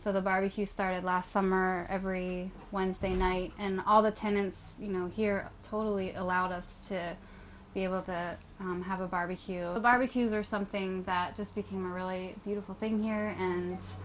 so the barbecue started last summer every wednesday night and all the tenants you know here totally allowed us to be able to have a barbecue or barbecues or something that just became a really beautiful thing here and